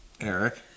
eric